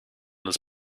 his